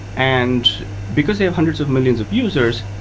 and because they have hundreds of millions of users,